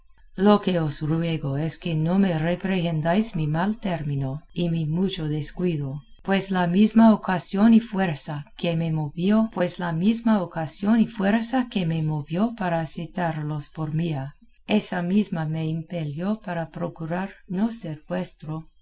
lo que os ruego es que no me reprehendáis mi mal término y mi mucho descuido pues la misma ocasión y fuerza que me movió para acetaros por mía esa misma me impelió para procurar no ser